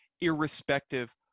irrespective